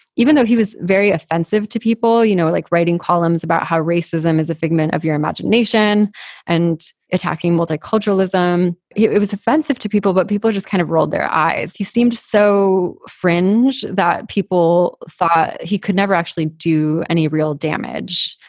even though he was very offensive to people, you know, like writing columns about how racism is a figment of your imagination and attacking multiculturalism, it was offensive to people, but people just kind of rolled their eyes. he seemed so fringe that people thought he could never actually do any real damage.